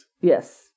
Yes